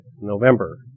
November